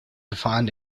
defined